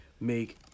make